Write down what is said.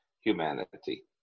humanity